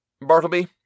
Bartleby